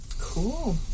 cool